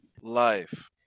life